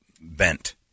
bent